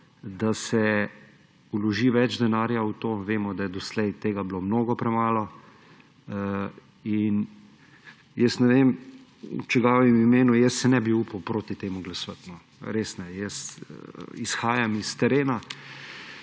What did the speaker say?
da se vloži več denarja v to. Vemo, da je doslej tega bilo mnogo premalo. In ne vem v čigavem imenu, jaz si ne bi upal proti temu glasovati, no. Res ne. Izhajam s terena.